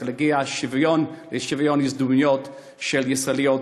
כדי להגיע לשוויון הזדמנויות לישראליות